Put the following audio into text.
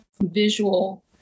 visual